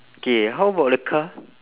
K how about the car